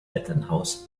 elternhaus